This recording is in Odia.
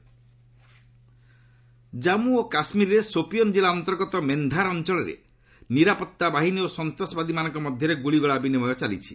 J and K encounter Jammu ଓ କାଶ୍ମୀରରେ ସୋପିଅନ୍ ଜିଲ୍ଲା ଅନ୍ତର୍ଗତ ମେନ୍ଧାର ଅଞ୍ଚଳରେ ନିରାପତ୍ତା ବାହିନୀ ଓ ସନ୍ତାସବାଦୀମାନଙ୍କ ମଧ୍ୟରେ ଗୁଳିଗୋଳା ବିନିମୟ ଚାଲିଛି